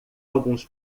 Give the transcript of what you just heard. alguns